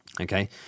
okay